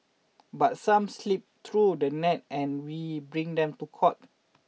but some slip through the net and we bring them to court